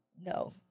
no